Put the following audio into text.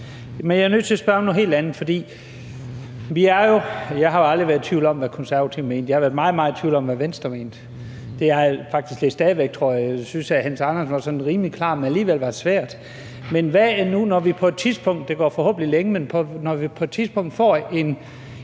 jeg er nødt til at spørge om noget helt andet. Jeg har aldrig været i tvivl om, hvad Konservative mente; jeg har været meget, meget i tvivl om, hvad Venstre mente, og det tror jeg faktisk stadig væk jeg er. Jeg synes, at hr. Hans Andersen var sådan rimelig klar, men alligevel var det svært. Når vi på et tidspunkt – og der går forhåbentlig længe – får en